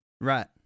Right